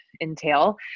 entail